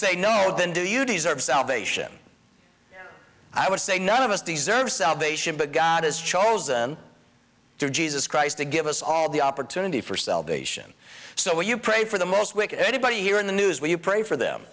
say no then do you deserve salvation i would say none of us deserve salvation but god has chosen to jesus christ to give us all the opportunity for salvation so when you pray for the most wicked anybody here in the news when you pray for them